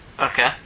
Okay